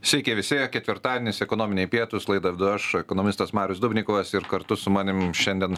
sveiki visi ketvirtadienis ekonominiai pietūs laidą vedu aš ekonomistas marius dubnikovas ir kartu su manim šiandien